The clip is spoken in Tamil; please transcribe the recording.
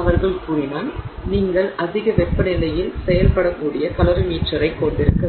அவர்கள் கூறினால் நீங்கள் அதிக வெப்பநிலையில் செயல்படக்கூடிய கலோரிமீட்டரைக் கொண்டிருக்க வேண்டும்